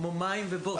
כמו מים ובוץ.